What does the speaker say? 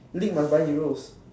league must buy heroes